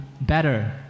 better